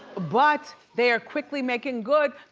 but they're quickly making good.